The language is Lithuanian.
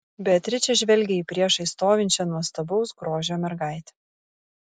beatričė žvelgė į priešais stovinčią nuostabaus grožio mergaitę